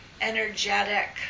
energetic